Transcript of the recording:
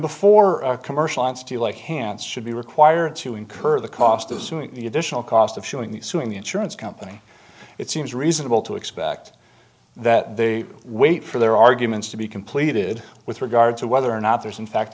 hands should be required to incur the cost of suing the additional cost of showing the suing the insurance company it seems reasonable to expect that they wait for their arguments to be completed with regard to whether or not there's in fact